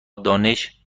دانش